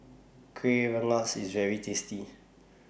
Kuih Rengas IS very tasty